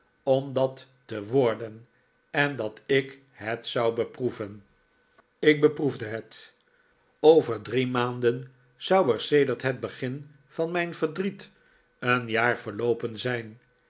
om dat te worden en dat ik het zou beproeven ik beproefde het over drie maanden zou er sedert het begin van mijn verdriet een jaar verloopen zijn